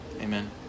Amen